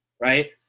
right